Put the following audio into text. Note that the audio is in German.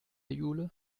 jule